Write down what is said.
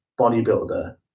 bodybuilder